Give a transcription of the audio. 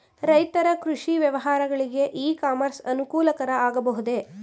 ರೈತರ ಕೃಷಿ ವ್ಯವಹಾರಗಳಿಗೆ ಇ ಕಾಮರ್ಸ್ ಅನುಕೂಲಕರ ಆಗಬಹುದೇ?